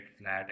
flat